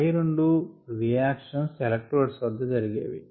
పై రెండు reactions electrodes వద్ద జరిగేవి